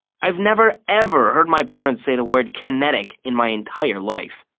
i've never, ever heard my parents say the word kinetic in my entire life!